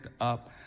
up